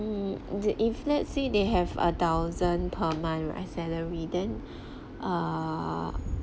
the if let's say they have a thousand per month right salary then err